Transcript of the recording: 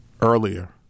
earlier